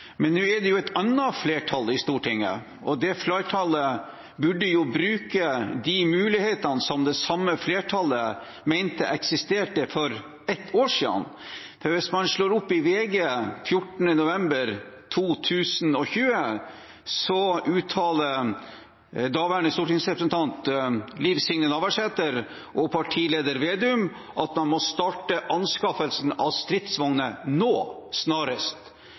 det flertallet burde jo bruke de mulighetene som det samme flertallet mente eksisterte for ett år siden. Hvis man slår opp i VG den 14. november 2020, uttaler daværende stortingsrepresentant Liv Signe Navarsete og partileder Slagsvold Vedum at man må starte anskaffelsen av stridsvogner nå